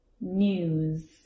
news